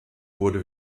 wurde